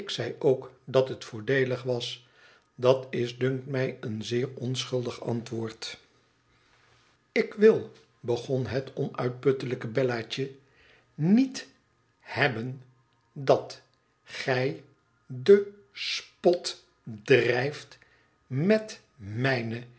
dat het voordeelig was dat is dunkt mij een zeer onschuldig antwoord ik wil begon het onuitputtelijke bellaatje miet hebben dat gij den spot drijft met mijne